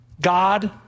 God